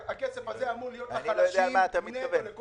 הכסף הזה אמור להיות לכל החלשים במדינת ישראל נטו.